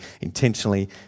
intentionally